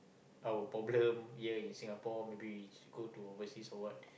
our problems year in Singapore maybe go to overseas so what